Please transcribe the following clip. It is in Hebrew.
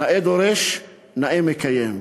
נאה דורש, נאה מקיים.